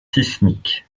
sismiques